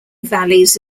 valleys